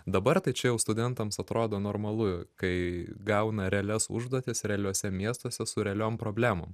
dabar tai čia jau studentams atrodo normalu kai gauna realias užduotis realiuose miestuose su realiom problemom